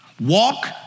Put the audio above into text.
Walk